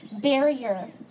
barrier